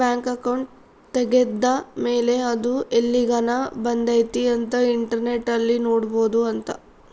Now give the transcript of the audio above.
bank account ತೆಗೆದ್ದ ಮೇಲೆ ಅದು ಎಲ್ಲಿಗನ ಬಂದೈತಿ ಅಂತ ಇಂಟರ್ನೆಟ್ ಅಲ್ಲಿ ನೋಡ್ಬೊದು ಅಂತ